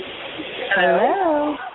Hello